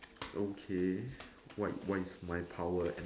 okay what what is my power